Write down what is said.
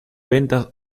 ventas